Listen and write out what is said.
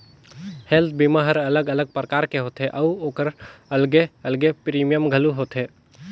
health बीमा हर अलग अलग परकार के होथे अउ ओखर अलगे अलगे प्रीमियम घलो होथे